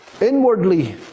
inwardly